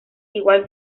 igual